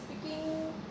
speaking